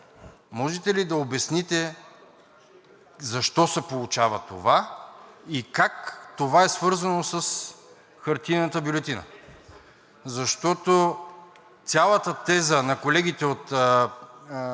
Можете ли да обясните защо се получава това и как това е свързано с хартиената бюлетина? Защото цялата теза на колегите от